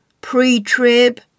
pre-trib